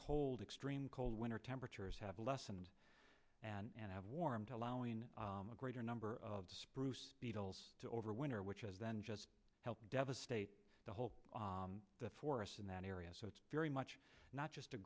cold extreme cold winter temperatures have lessened and have warmed allowing a greater number of spruce beetles overwinter which has then just helped devastate the whole forests in that area so it's very much not just a